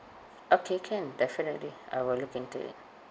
okay can definitely I will look into it